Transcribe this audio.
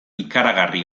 ikaragarri